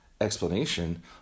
explanation